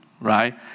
Right